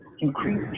Increase